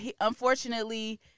unfortunately